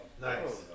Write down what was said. Nice